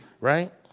right